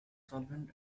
solvent